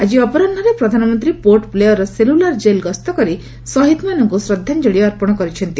ଆଜି ଅପରାହୁରେ ପ୍ରଧାନମନ୍ତ୍ରୀ ପୋର୍ଟ ବ୍ଲେୟର୍ର ସେଲୁଲାର୍ ଜେଲ୍ ଗସ୍ତ କରି ଶହୀଦ୍ମାନଙ୍କୁ ଶ୍ରଦ୍ଧାଞ୍ଜଳି ଅର୍ପଣ କରିଛନ୍ତି